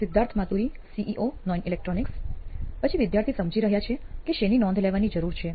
Siddharth Maturi CEO નોઇન electronics પછી વિદ્યાર્થી સમજી રહ્યા છે કે શેની નોંધ લેવાની જરૂર છે